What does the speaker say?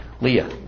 Leah